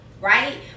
right